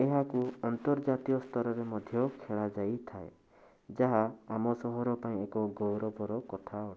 ଏହାକୁ ଅନ୍ତର୍ଜାତୀୟ ସ୍ତରରେ ମଧ୍ୟ ଖେଳାଯାଇଥାଏ ଯାହା ଆମ ସହର ପାଇଁ ଏକ ଗୌରବର କଥା ଅଟେ